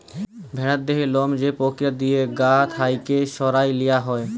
ভেড়ার দেহের লম যে পক্রিয়া দিঁয়ে গা থ্যাইকে সরাঁয় লিয়া হ্যয়